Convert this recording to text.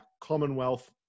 Commonwealth